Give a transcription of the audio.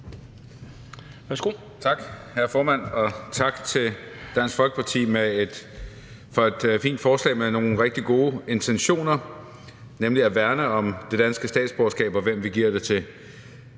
Tak, hr. formand, og tak til Dansk Folkeparti for et fint forslag med nogle rigtig gode intentioner, nemlig at værne om det danske statsborgerskab, og hvem vi giver det til.